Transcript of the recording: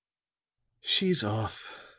she's off,